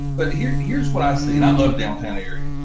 but here here is what i see, and i love downtown area,